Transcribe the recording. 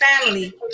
family